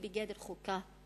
היא בגדר חוקה.